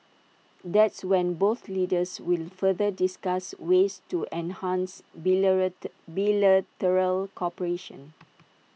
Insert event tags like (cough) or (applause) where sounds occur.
that's when both leaders will further discuss ways to enhance (unintelligible) bilateral cooperation